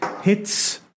Hits